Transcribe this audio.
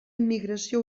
immigració